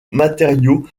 matériaux